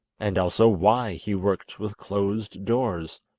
and also why he worked with closed doors.